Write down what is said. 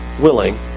willing